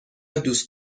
دوست